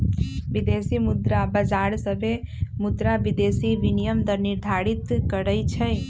विदेशी मुद्रा बाजार सभे मुद्रा विदेशी विनिमय दर निर्धारित करई छई